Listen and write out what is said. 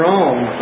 Rome